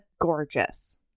gorgeous